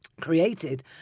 created